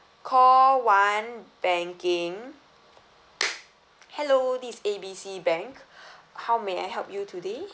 call one banking hello this is A B C bank how may I help you today